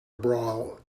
brawl